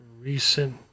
recent